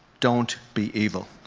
don't be evil.